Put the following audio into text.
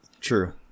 True